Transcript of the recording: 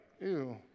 ew